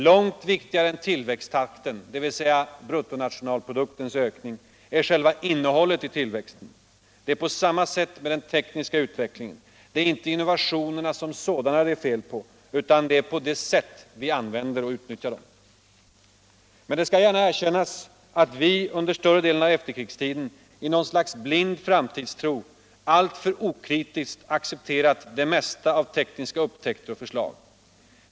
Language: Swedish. Långt viktigare än tillväxttakten — dvs. bruttonationalproduktens ökning — är själva innehållet i tillväxten. Det är på samma sätt med den tekniska utvecklingen. Det är inte innovationerna som sådana det är fel på utan det sätt på vilket vi använder dem. Men det skall gärna erkännas att vi under större delen av efterkrigstiden, i något stags blind framtidstro, alltför okritiskt accepterat det mesta av tekniska upptäckter och förslag.